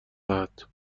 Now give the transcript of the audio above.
دهد